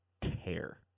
tear